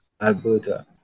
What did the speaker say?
Alberta